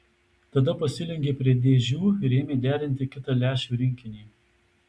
tada pasilenkė prie dėžių ir ėmė derinti kitą lęšių rinkinį